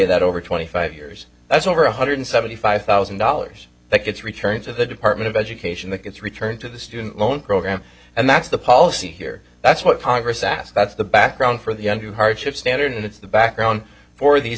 that over twenty five years that's over one hundred seventy five thousand dollars it's returns of the department of education that gets returned to the student loan program and that's the policy here that's what congress asked that's the background for the under hardship standard and it's the background for these